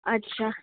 अच्छा